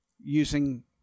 using